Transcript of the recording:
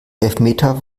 elfmeter